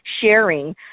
sharing